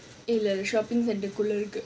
இல்ல:illa shopping centre குள்ள இருக்கு:kulla irukku